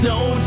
no